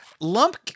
lump